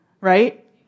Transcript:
right